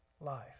life